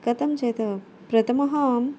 कथं चेत् प्रथमम्